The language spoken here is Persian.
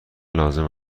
لازم